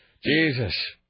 Jesus